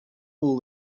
all